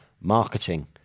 marketing